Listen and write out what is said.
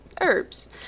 herbs